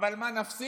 אבל מה נפסיד?